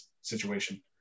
situation